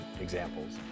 examples